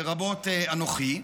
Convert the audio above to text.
לרבות אנוכי,